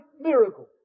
miracle